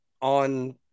on